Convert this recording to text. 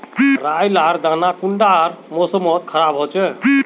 राई लार दाना कुंडा कार मौसम मोत खराब होचए?